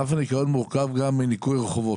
ענף הניקיון מורכב גם מניקיון רחובות.